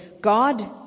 God